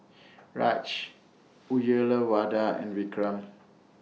Raj Uyyalawada and Vikram